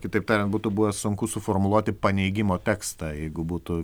kitaip tariant būtų buvę sunku suformuluoti paneigimo tekstą jeigu būtų